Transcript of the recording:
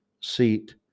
seat